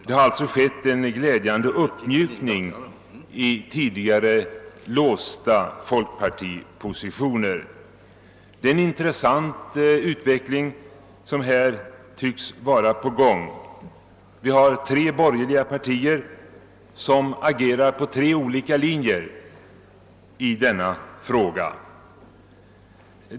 Det har således skett en glädjande uppmjukning i tidigare låsta folkpartipositioner. Det är en intressant utveckling som här tycks vara på gång. Vi har tre borgerliga partier som agerar på tre olika linjer i denna fråga.